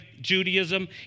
Judaism